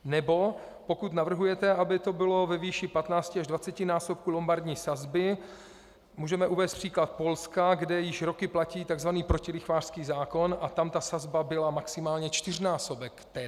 Nebo pokud navrhujete, aby to bylo ve výši 15 až 20násobku lombardní sazby, můžeme uvést příklad Polska, kde již roky platí tzv. protilichvářský zákon, a tam sazba byla maximálně čtyřnásobek této sazby.